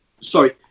sorry